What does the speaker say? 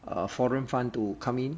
err foreign fund to come in